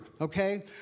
okay